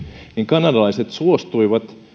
niin kanadalaiset suostuivat